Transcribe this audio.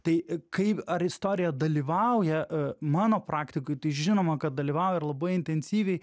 tai kaip ar istorija dalyvauja mano praktikoj tai žinoma kad dalyvauja ir labai intensyviai